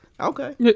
Okay